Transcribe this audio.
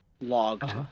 logged